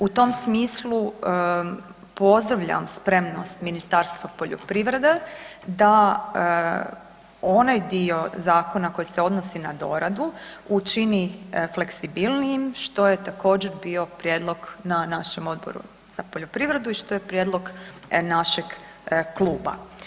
U tom smislu pozdravljam spremnost Ministarstva poljoprivrede da onaj dio zakona koji se odnosi na doradu, učini fleksibilnijim, što je također bio prijedlog na našem Odboru za poljoprivredu i što je prijedlog našeg kluba.